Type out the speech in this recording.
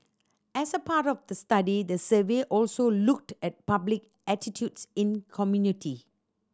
as a part of the study the survey also looked at public attitudes in community